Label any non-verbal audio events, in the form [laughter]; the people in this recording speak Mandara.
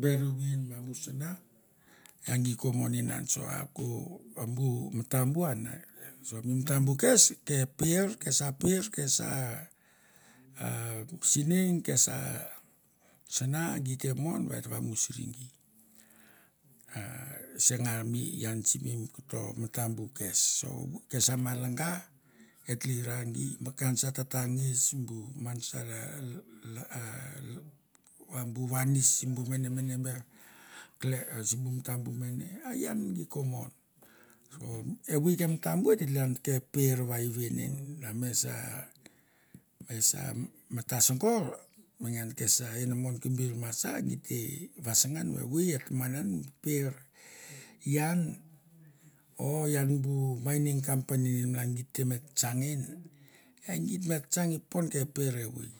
bel win ma bu sana, are gi ko mon enan [unintelligible] a ko va bu matambu an are. So mi matambu kes, ke per kesaper kesa a sineng kesa sana gi te mon va et ta vamusuri gi. A senga mi ian simi koto matambu kes. So kesa malanga et tlekra gi mi ka se tata ngis bu man sara lo [hesitation] [unintelligible] vanis simbu mene mene ber, klan simbu matambu mene, e ian gi ko mon. So evoi ke matambu e te tlekeran ke per va even en, na me s a me sa matasogar mengan ke sa inamon kember ma sa geit te vasangan va evoi e taman an mi per ian o ian bu mining company malan geit te me tsang en, e geit me tsang i popon ke per evoi.